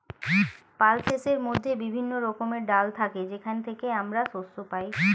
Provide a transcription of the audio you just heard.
পালসেসের মধ্যে বিভিন্ন রকমের ডাল থাকে যেখান থেকে আমরা শস্য পাই